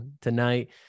Tonight